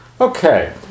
Okay